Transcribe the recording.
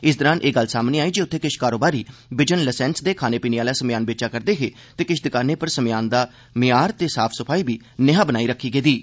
इस दरान एह् गलल सामने आई जे उत्थें किष कारोबारी बिजन लाइसेंस दे खाने पीने आला समेयान बेचा करदे हे ते किष दकानें पर समेयानद ा मयार ते साफ सफाई बी नेई बनाइयै रखी गेदी ही